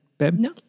No